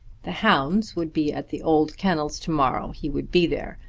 the hounds would be at the old kennels to-morrow. he would be there.